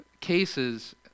cases